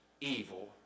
evil